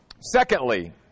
Secondly